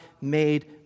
made